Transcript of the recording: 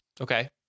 Okay